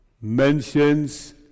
mentions